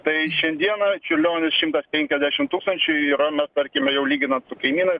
tai šiandieną čiurlionio šimtas penkiasdešim tūkstančių yra na tarkim jau lyginant su kaimynais